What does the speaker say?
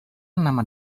nama